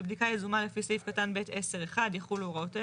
בבדיקה יזומה לפי סעיף קטן ב' (10) 1 יחולו הוראות אלה: